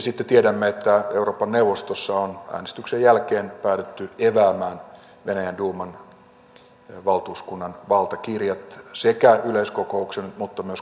sitten tiedämme että euroopan neuvostossa on äänestyksen jälkeen päädytty epäämään venäjän duuman valtuuskunnan valtakirjat sekä yleiskokouksen että komiteatyön osalta